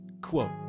quote